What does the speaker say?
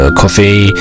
coffee